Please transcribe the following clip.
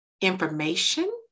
information